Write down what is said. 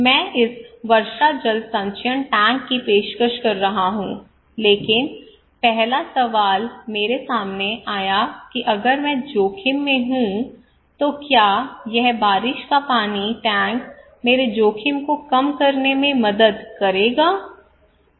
मैं इस वर्षा जल संचयन टैंक की पेशकश कर रहा हूं लेकिन पहला सवाल मेरे सामने आया कि अगर मैं जोखिम में हूं तो क्या यह बारिश का पानी टैंक मेरे जोखिम को कम करने में मदद करेगा